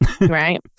right